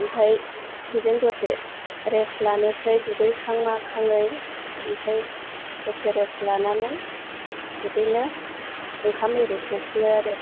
ओमफ्राय बिदिनो दसे रेस लानोसै दुगैखां माखाङै ओमफ्राय दसे रेस लानानै बिदिनो ओंखाम एरि संफिनो आरो